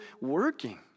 working